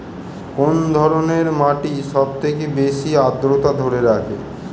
কোন ধরনের মাটি সবথেকে বেশি আদ্রতা ধরে রাখে?